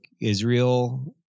Israel